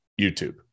YouTube